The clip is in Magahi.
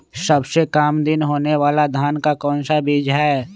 सबसे काम दिन होने वाला धान का कौन सा बीज हैँ?